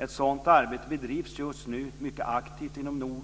Ett sådant arbete bedrivs just nu mycket aktivt inom